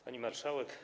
Pani Marszałek!